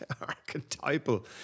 archetypal